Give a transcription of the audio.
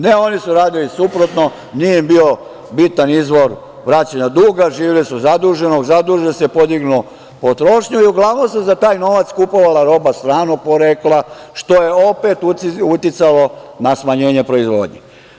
Ne, oni su radili suprotno, nije im bio bitan izvor vraćanja duga, živeli su zaduženi, zaduže se, podignu potrošnju i uglavnom se za taj novac kupovala roba stranog porekla, što je opet uticalo na smanjenje proizvodnje.